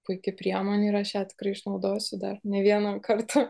puiki priemonė ir aš ją tikrai išnaudosiu dar ne vieną kartą